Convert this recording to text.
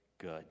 good